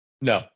No